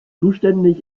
zuständig